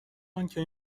آنکه